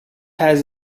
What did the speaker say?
has